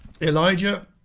Elijah